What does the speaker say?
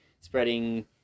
spreading